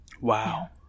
Wow